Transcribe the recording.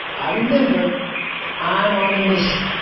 i remember that i'm on a mission.